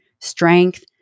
strength